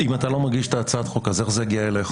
אם אתה לא מגיש את הצעת החוק, איך זה הגיע אליך